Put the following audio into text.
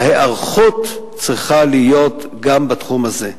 וההיערכות צריכה להיות גם בתחום הזה.